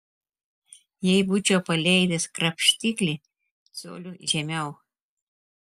jei būčiau paleidęs krapštiklį coliu žemiau